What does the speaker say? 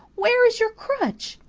where is your crutch?